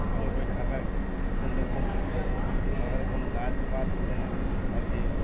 বরফে ঢাকা কী সুন্দর সব নানারকম গাছপালা ওইখানে আছে